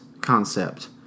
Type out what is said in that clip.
concept